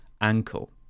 ankle